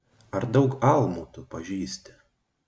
ar daug almų tu pažįsti